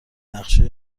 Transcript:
نقشه